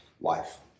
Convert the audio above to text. life